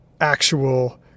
actual